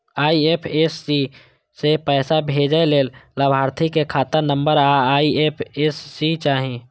IFSC सं पैसा भेजै लेल लाभार्थी के खाता नंबर आ आई.एफ.एस.सी चाही